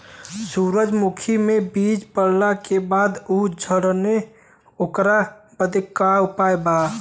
सुरजमुखी मे बीज पड़ले के बाद ऊ झंडेन ओकरा बदे का उपाय बा?